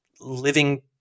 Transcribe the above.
living